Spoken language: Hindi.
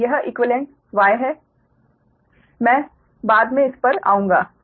और यह इक्वीवेलेंट Y है मैं बाद में इस पर आऊंगा